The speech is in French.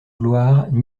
gloire